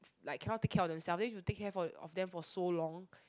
like cannot take care of themself then if you take care for of them for so long